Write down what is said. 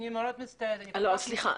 אני מאוד מצטערת -- סליחה,